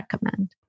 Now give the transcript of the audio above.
recommend